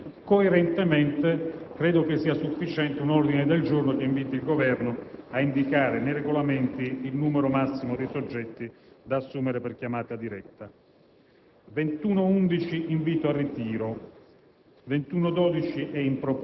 «invita il Governo ad indicare nei regolamenti la percentuale massima dei soggetti da assumere per chiamata diretta». Abbiamo ritenuto di non dover portare nella legge le percentuali, ma di affidare questo compito ai regolamenti, lavoro che abbiamo svolto in Commissione.